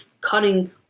cutting